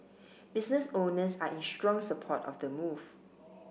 business owners are in strong support of the move